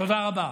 תודה רבה.